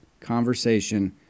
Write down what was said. conversation